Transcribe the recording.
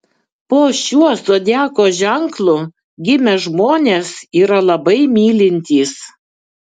po šiuo zodiako ženklu gimę žmonės yra labai mylintys